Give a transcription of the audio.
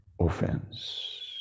offense